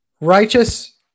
righteous